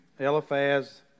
Eliphaz